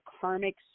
karmic